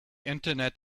internet